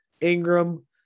Ingram